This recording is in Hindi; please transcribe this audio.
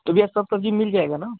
तो भैया सब सब्जी मिल जाएगा न